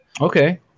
Okay